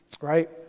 right